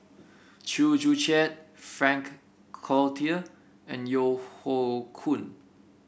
Chew Joo Chiat Frank Cloutier and Yeo Hoe Koon